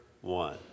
one